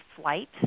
flight